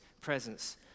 presence